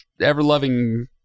ever-loving